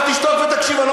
אני לא